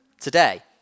today